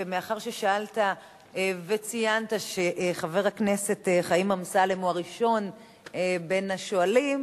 ומאחר ששאלת וציינת שחבר הכנסת חיים אמסלם הוא הראשון בין השואלים,